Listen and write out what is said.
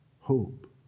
Hope